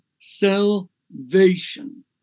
salvation